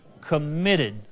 committed